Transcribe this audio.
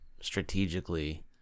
strategically